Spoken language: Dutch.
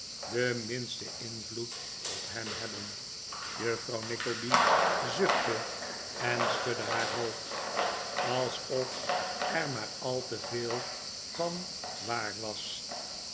den minsten invloed op hem hebben juffrouw nickleby zuchtte en schudde haar hoofd alsof er maar al te veel van waar was